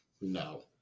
No